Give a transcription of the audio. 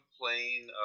playing